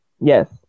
Yes